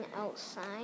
outside